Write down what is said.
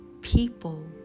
people